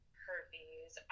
herpes